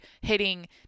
hitting